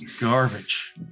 Garbage